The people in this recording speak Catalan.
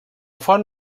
font